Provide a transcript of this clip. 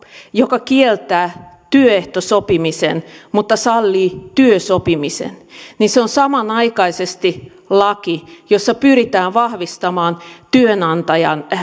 joka kieltää työehtosopimisen mutta sallii työsopimisen niin se on samanaikaisesti laki jossa pyritään vahvistamaan työnantajan